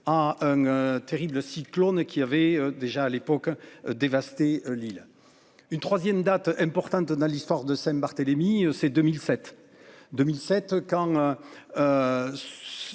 à. Terrible cyclone qui avait déjà à l'époque hein dévasté l'île une 3ème date importante dans l'histoire de Saint-Barthélemy ces 2007 2007 quand.